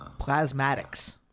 Plasmatics